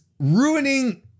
Ruining